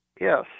Yes